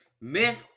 Myth